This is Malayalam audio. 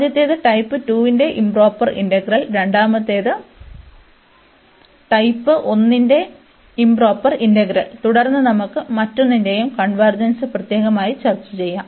ആദ്യത്തേത് ടൈപ്പ് 2 ന്റെ ഇoപ്രൊപ്പർ ഇന്റഗ്രൽ രണ്ടാമത്തേത് ടൈപ്പ് 1 ന്റെ ഇoപ്രൊപ്പർ ഇന്റഗ്രൽ തുടർന്ന് നമുക്ക് ഓരോന്നിന്റെയും കൺവെർജെൻസ് പ്രത്യേകമായി ചർച്ചചെയ്യാം